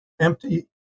empty